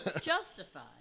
Justified